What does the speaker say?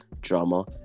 drama